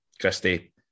Christie